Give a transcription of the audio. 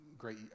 great